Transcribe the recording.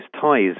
ties